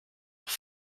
auch